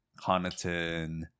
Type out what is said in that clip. Connaughton